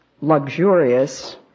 luxurious